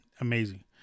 amazing